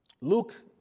Luke